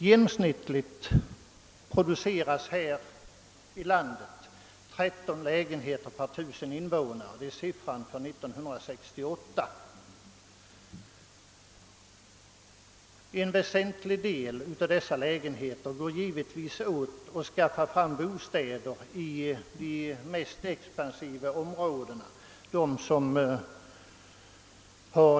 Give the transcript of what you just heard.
Genomsnittligt produceras här i landet 13 lägenheter per tusen invånare; det är siffran för 1968. En väsentlig del av dessa lägenheter används givetvis för att bereda bostadsmöjligheter i de mest expansiva områdena.